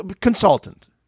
consultant